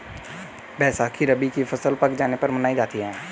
बैसाखी रबी की फ़सल पक जाने पर मनायी जाती है